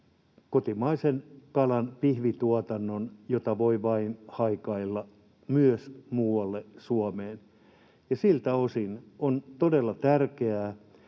kotimaisen kalan pihvituotannon, jota voi vain haikailla myös muualle Suomeen. Ja siltä osin on todella tärkeää,